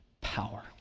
power